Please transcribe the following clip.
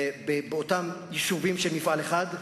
באותם יישובים של מפעל אחד,